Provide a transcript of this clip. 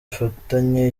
ifitanye